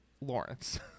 Lawrence